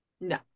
No